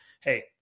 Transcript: hey